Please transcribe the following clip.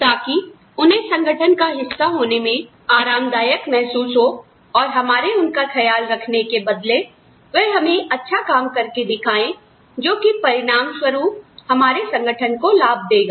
ताकि उन्हें संगठन का हिस्सा होने में आरामदायक महसूस हो और हमारे उनका ख्याल रखने के बदले वह हमें अच्छा काम करके दिखाए जो कि परिणामस्वरूप हमारे संगठन को लाभ देगा